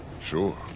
Sure